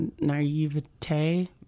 naivete